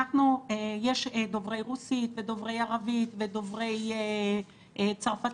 יש דוברי רוסית ודוברי ערבית ודוברי צרפתית.